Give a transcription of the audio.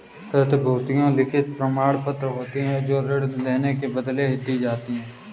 प्रतिभूतियां लिखित प्रमाणपत्र होती हैं जो ऋण लेने के बदले दी जाती है